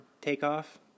takeoff